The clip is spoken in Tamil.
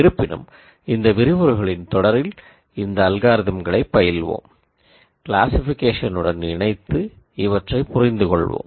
இருப்பினும் இந்த விரிவுரைகளின் தொடரில் இந்த அல்காரிதம்களைப் பயில்வோம் க்ளாசிஃகேஷனுடன் இணைத்து இவற்றைப் புரிந்துகொள்வோம்